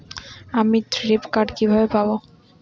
আমি credit card কিভাবে পাবো?